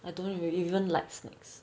I don't really even like snacks